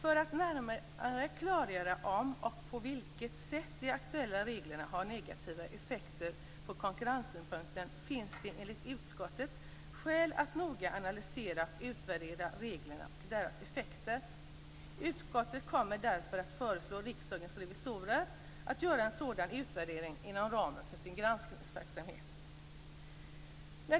För att närmare klargöra om och på vilket sätt de aktuella reglerna har negativa effekter ur konkurrenssynpunkt finns det, enligt utskottet, skäl att noga analysera och utvärdera reglerna och deras effekter. Utskottet kommer därför att föreslå Riksdagens revisorer att göra en sådan utvärdering inom ramen för granskningsverksamheten.